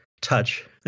touch